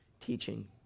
teaching